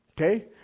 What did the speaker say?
Okay